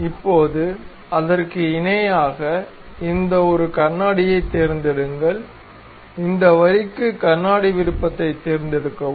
இப்போது அதற்கு இணையாக இந்த ஒரு கண்ணாடியைத் தேர்ந்தெடுங்கள் இந்த வரிக்கு கண்ணாடி விருப்பத்தை தேர்ந்தெடுக்கவும்